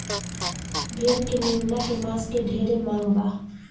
भेड़ के मेमना के मांस के ढेरे मांग बा